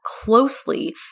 closely